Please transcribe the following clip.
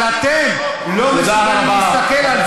אבל אתם לא מסוגלים